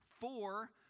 four